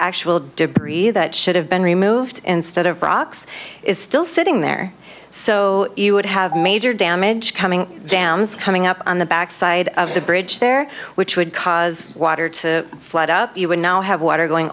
actual debris that should have been removed instead of rocks is still sitting there so you would have major damage coming down is coming up on the backside of the bridge there which would cause water to flood up you would now have water going